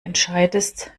entscheidest